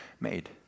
made